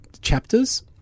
chapters